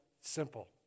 simple